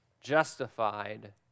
justified